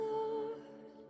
Lord